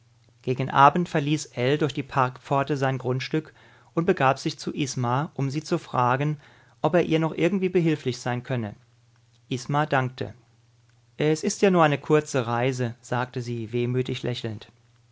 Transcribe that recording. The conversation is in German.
gegen abend verließ ell durch die parkpforte sein grundstück und begab sich zu isma um sie zu fragen ob er ihr noch irgendwie behilflich sein könne isma dankte es ist ja nur eine kurze reise sagte sie wehmütig lächelnd